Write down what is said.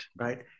Right